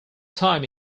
time